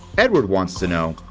edward wants to know,